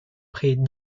près